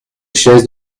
chaises